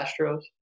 Astros